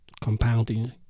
compounding